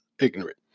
ignorant